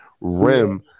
rim